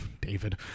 David